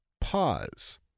pause